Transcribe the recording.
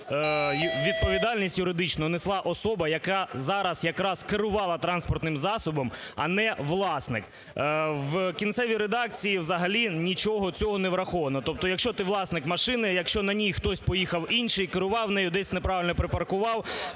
відповідальність юридичну несла особа, яка зараз якраз керувала транспортним засобом, а не власник. В кінцевій редакції взагалі нічого цього не враховано, тобто, якщо ти власник машини, якщо на ній хтось поїхав інший, керував нею, десь неправильно припаркував,